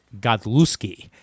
Godlewski